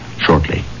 shortly